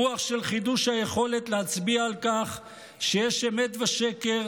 רוח של חידוש היכולת להצביע על כך שיש אמת ושקר,